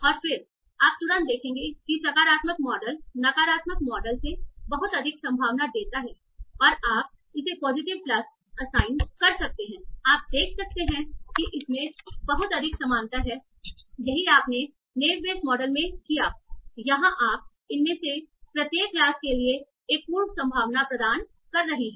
और फिर आप तुरंत देखेंगे की सकारात्मक मॉडल नकारात्मक मॉडल से बहुत अधिक संभावना देता है और आप इसे पॉजिटिव प्लस असाइन कर सकते हैं आप देख सकते हैं कि इसमें बहुत अधिक समानता है यही आपने नेव बेयस मॉडल में किया यहां आप इनमें से प्रत्येक क्लास के लिए एक पूर्व संभावना प्रदान कर रहे हैं